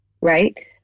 right